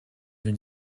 une